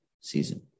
season